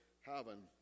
heaven